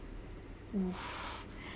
!oof!